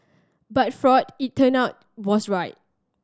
but Freud it turned out was right